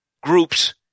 groups